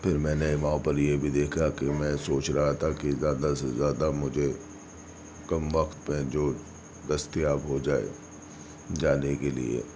پھر میں نے وہاں پر یہ بھی دیکھا کہ میں سوچ رہا تھا کہ زیادہ سے زیادہ مجھے کم وقت پہ جو دستیاب ہو جائے جانے کے لیے